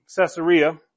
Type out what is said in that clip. Caesarea